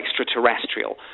extraterrestrial